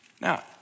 Now